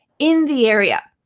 in the area.